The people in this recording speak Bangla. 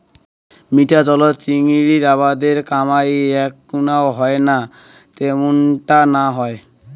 মিঠা জলত চিংড়ির আবাদের কামাই এ্যাকনাও হয়না ত্যামুনটা না হয়